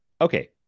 okay